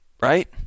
right